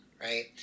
right